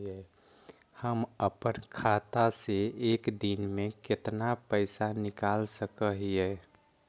हम अपन खाता से एक दिन में कितना पैसा निकाल सक हिय?